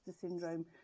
syndrome